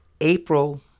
April